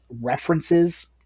references